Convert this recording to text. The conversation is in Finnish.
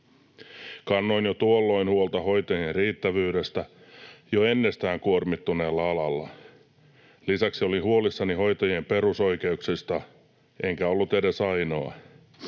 Kannoin jo tuolloin huolta hoitajien riittävyydestä jo ennestään kuormittuneella alalla. Lisäksi olin huolissani hoitajien perusoikeuksista, enkä ollut edes ainoa.